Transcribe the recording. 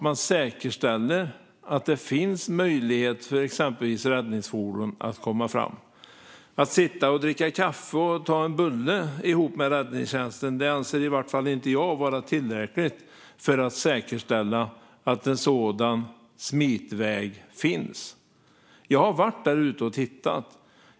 Hur säkerställer man att det finns möjlighet för exempelvis räddningsfordon att komma fram? Att sitta och dricka kaffe och ta en bulle ihop med räddningstjänsten anser i varje fall inte jag vara tillräckligt för att säkerställa att en sådan smitväg finns. Jag har varit där ute och tittat.